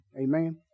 Amen